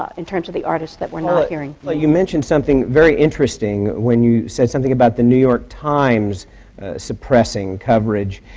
ah in terms of the artists that we're not hearing. paula, you mentioned something very interesting when you said something about the new york times suppressing coverage.